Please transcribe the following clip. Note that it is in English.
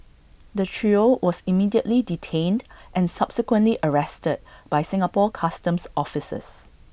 the trio was immediately detained and subsequently arrested by Singapore Customs officers